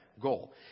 goal